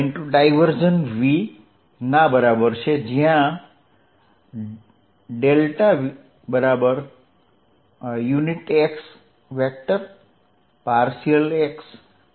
v ના બરાબર છે જયાં x∂xy∂yz∂z છે